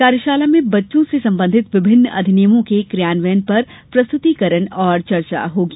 कार्यशाला में बच्चों से संबंधित विभिन्न अधिनियमों के क्रियान्वयन पर प्रस्तुतिकरण और चर्चा होगी